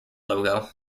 logo